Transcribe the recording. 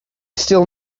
still